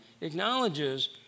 acknowledges